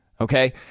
Okay